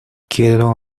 quiero